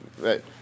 right